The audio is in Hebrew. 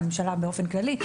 לממשלה באופן כללי,